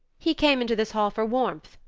he came into this hall for warmth,